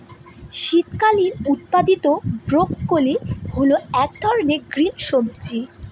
শীতকালীন উৎপাদীত ব্রোকলি হল এক ধরনের গ্রিন সবজি